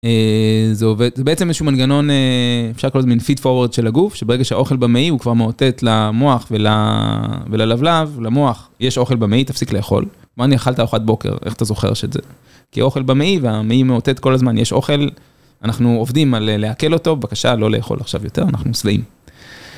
זה עובד, זה בעצם איזשהו מנגנון, אפשר לקרוא לזה איזה מן פיד פורורד של הגוף, שברגע שהאוכל במעי הוא כבר מאותת למוח וללבלב, למוח, יש אוכל במעי, תפסיק לאכול. נאמר אני אכלת ארוחת בוקר, איך אתה זוכר שזה? כי אוכל במאי, והמעי מאותת כל הזמן, יש אוכל, אנחנו עובדים על לעכל אותו, בבקשה, לא לאכול עכשיו יותר, אנחנו שבעים.